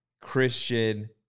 Christian